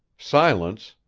silence,